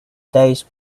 day’s